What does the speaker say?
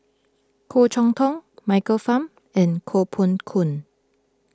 Goh Chok Tong Michael Fam and Koh Poh Koon